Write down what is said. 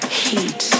heat